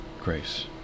grace